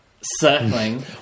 circling